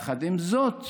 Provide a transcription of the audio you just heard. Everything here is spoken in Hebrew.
יחד עם זאת,